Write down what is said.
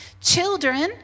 Children